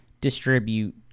distribute